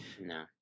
No